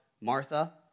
Martha